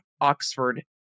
Oxford